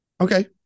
Okay